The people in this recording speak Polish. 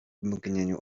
mgnieniu